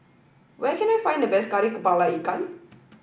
where can I find the best Kari Kepala Ikan